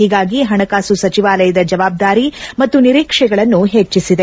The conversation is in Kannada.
ಹೀಗಾಗಿ ಪಣಕಾಸು ಸಚಿವಾಲಯದ ಜವಾಬ್ದಾರಿ ಮತ್ತು ನಿರೀಕ್ಷೆಗಳನ್ನು ಹೆಚ್ಚಿಸಿದೆ